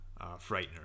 frightener